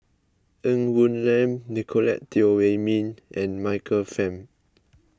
Ng Woon Lam Nicolette Teo Wei Min and Michael Fam